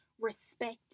respect